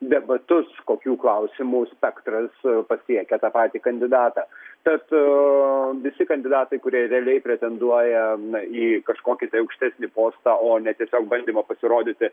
debatus kokių klausimų spektras pasiekia tą patį kandidatą bet visi kandidatai kurie realiai pretenduoja į kažkokį tai aukštesnį postą o ne tiesiog bandymą pasirodyti